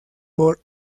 por